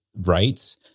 rights